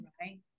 right